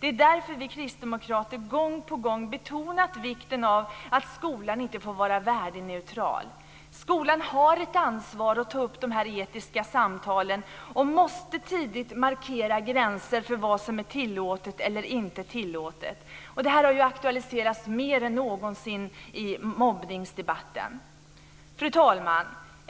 Därför har vi kristdemokrater gång på gång betonat vikten av att skolan inte får vara värdeneutral. Skolan har ett ansvar att ta upp de etiska samtalen och måste tidigt markera gränser för vad som är tillåtet och inte tillåtet. Det här har aktualiserats mer än någonsin i mobbningsdebatten. Fru talman!